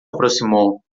aproximou